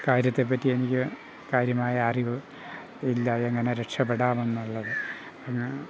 കാര്യത്തെപ്പറ്റി എനിക്ക് കാര്യമായ അറിവ് ഇല്ല എങ്ങനെ രക്ഷപ്പെടാമെന്നുള്ളത് പിന്നെ